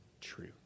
true